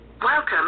Welcome